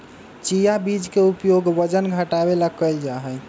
chia बीज के उपयोग वजन घटावे ला कइल जाहई